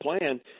plan